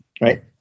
Right